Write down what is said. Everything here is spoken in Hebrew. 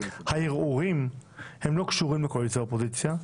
הערעורים לא קשורים לקואליציה-אופוזיציה.